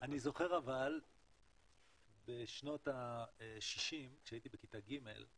אבל אני זוכר בשנות ה-60, כשהייתי בכיתה ג',